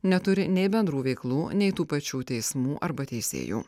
neturi nei bendrų veiklų nei tų pačių teismų arba teisėjų